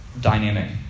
dynamic